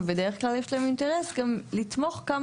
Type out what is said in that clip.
ובדרך כלל יש להם גם אינטרס לתמוך כמה